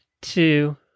two